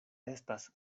estas